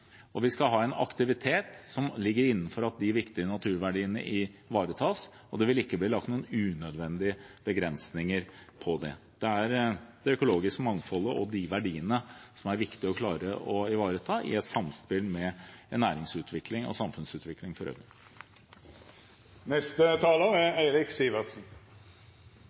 Vi skal ha en aktivitet som ligger innenfor at de viktige naturverdiene ivaretas, og det vil ikke bli lagt noen unødvendige begrensninger på det. Det er det økologiske mangfoldet og de verdiene som det er viktig å klare å ivareta i et samspill med næringsutvikling og samfunnsutvikling for øvrig. Jeg tror vi alle i denne salen erkjenner at havet er